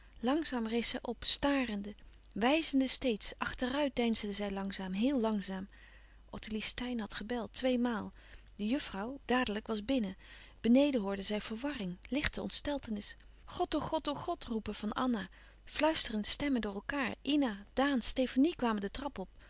langzaam rees zij op starende wijzende steeds achteruit deinsde zij langzaam heel langzaam ottilie steyn had gebeld tweemaal de juffrouw dadelijk was binnen beneden hoorden zij verwarring lichte ontsteltenis god o god o god roepen van anna fluisterende stemmen door elkaâr ina daan stefanie kwamen de trap op